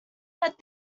that